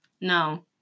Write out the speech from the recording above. no